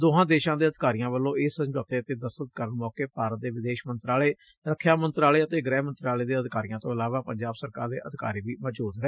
दोनों देशों के अधिकारियों के बीच इस समझौते के दस्तखत को सयम भारत के विदेश मंत्रालय रक्षा मंत्रालय और गृहमंत्रालय के अधिकारियों के अलावा पंजाब सरकार के अधिकारी भी मौजदू रहे